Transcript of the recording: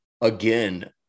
again